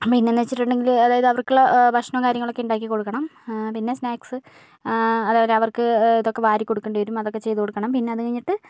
പിന്നെന്താണെന്നു വെച്ചിട്ടുണ്ടെങ്കൽ അതായത് അവര്ക്കുള്ള ഭക്ഷണവും കാര്യങ്ങളൊക്കെ ഉണ്ടാക്കി കൊടുക്കണം പിന്നെ സ്നാക്ക്സ് അതേപോലെ അവര്ക്ക് ഇതൊക്കെ വാരി കൊടുക്കണ്ടിവരും അതൊക്കെ ചെയ്തു കൊടുക്കണം പിന്നെ അത് കഴിഞ്ഞിട്ട്